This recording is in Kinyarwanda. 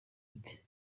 ati